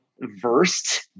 versed